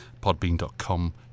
Podbean.com